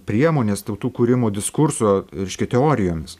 priemonės tautų kūrimo diskurso reiškia teorijomis